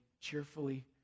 cheerfully